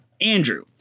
Andrew